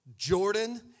Jordan